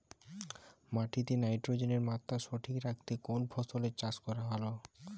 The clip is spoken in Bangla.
মাটিতে নাইট্রোজেনের মাত্রা সঠিক রাখতে কোন ফসলের চাষ করা ভালো?